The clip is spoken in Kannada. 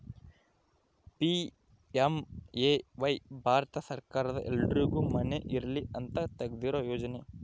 ಪಿ.ಎಮ್.ಎ.ವೈ ಭಾರತ ಸರ್ಕಾರದ ಎಲ್ಲರ್ಗು ಮನೆ ಇರಲಿ ಅಂತ ತೆಗ್ದಿರೊ ಯೋಜನೆ